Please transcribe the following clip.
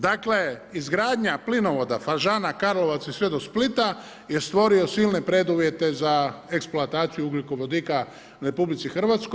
Dakle izgradnja plinovoda FAžana-Karlovac i sve do Splita je stvorio silne preduvjete za eksploataciju ugljikovodika u RH.